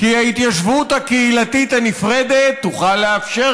כי ההתיישבות הקהילתית הנפרדת תוכל לאפשר